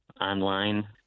online